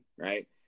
right